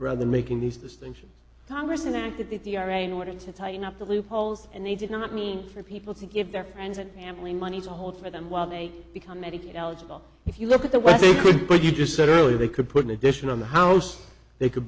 rather making these distinctions congress an act of the right order to tighten up the loopholes and they did not mean for people to give their friends and family money to hold for them while they become medicaid eligible if you look at the i think what you just said earlier they could put an addition on the house they could